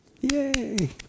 yay